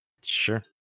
Sure